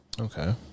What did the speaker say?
Okay